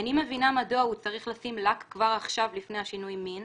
"איני מבינה מדוע הוא צריך לשים לק כבר עכשיו לפני השינוי מין.